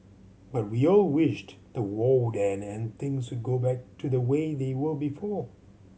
but we all wished the war would end and things would go back to the way they were before